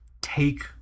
take